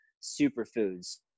superfoods